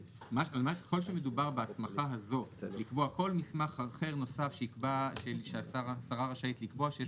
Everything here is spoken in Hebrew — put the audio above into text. ככל שמדובר בהסכמה הזאת לקבוע כל מסמך אחר נוסף שהשרה רשאית לקבוע שיש